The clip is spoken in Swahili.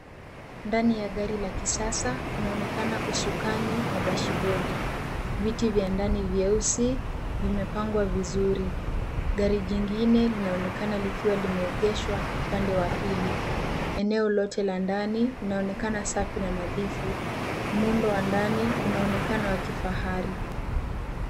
Ndani la gari la kisasa, kunaonekana usukani na dashibodi. Viti vya ndani vyeusi vimepangwa vizuri. Gari jingine linaonekana likiwa limeegeshwa pande wa pili. Eneo lote la ndani linaonekana safi na nadhifu. Muundo wa ndani unaonekana wa kifahari.